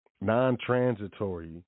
non-transitory